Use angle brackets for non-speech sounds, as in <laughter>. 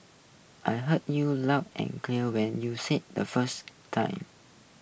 I heard you loud and clear when you said the first <noise> time